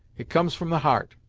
it comes from the heart,